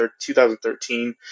2013